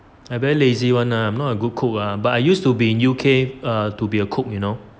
I very lazy [one] lah I'm not a good cook ah but I used to be in U_K uh to be a cook you know